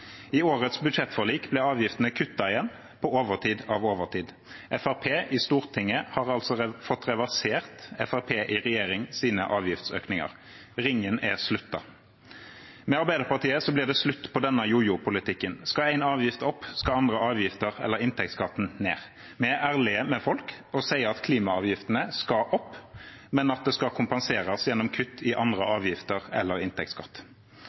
I årets budsjettforlik ble avgiftene kuttet igjen, på overtid av overtid. Fremskrittspartiet i Stortinget har altså fått reversert Fremskrittspartiet i regjerings avgiftsøkninger. Ringen er sluttet. Med Arbeiderpartiet blir det slutt på denne jojo-politikken. Skal én avgift opp, skal andre avgifter eller inntektsskatten ned. Vi er ærlige med folk og sier at klimaavgiftene skal opp, men at det skal kompenseres gjennom kutt i andre avgifter eller inntektsskatt.